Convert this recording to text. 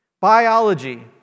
Biology